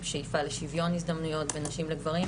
שאיפה לשוויון הזדמנויות בין נשים לגברים,